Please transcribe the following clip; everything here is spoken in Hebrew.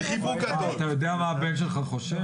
אתה יודע מה הבן שלך חושב?